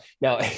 now